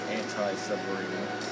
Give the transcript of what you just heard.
anti-submarine